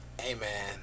Amen